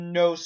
no